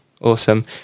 Awesome